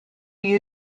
you